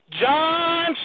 John